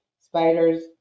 Spiders